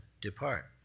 depart